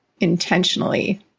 intentionally